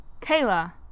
Kayla